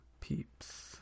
peeps